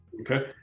Okay